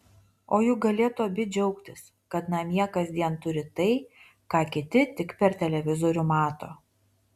o juk galėtų abi džiaugtis kad namie kasdien turi tai ką kiti tik per televizorių mato